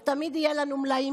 ותמיד יהיה לנו מלאים,